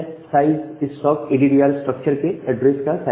size इस sock ADDR structure के address का साइज है